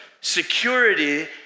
security